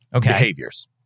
behaviors